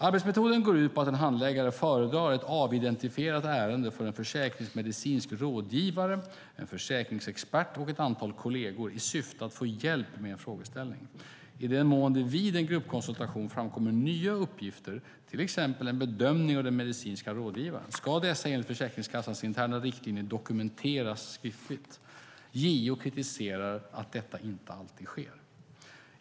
Arbetsmetoden går ut på att en handläggare föredrar ett avidentifierat ärende för en försäkringsmedicinsk rådgivare, en försäkringsexpert och ett antal kolleger i syfte att få hjälp med en frågeställning. I den mån det vid en gruppkonsultation framkommer nya uppgifter, till exempel en bedömning av den medicinska rådgivaren, ska dessa enligt Försäkringskassans interna riktlinjer dokumenteras skriftligt. JO kritiserar att detta inte alltid sker.